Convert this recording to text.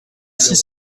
six